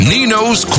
Nino's